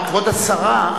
כבוד השרה,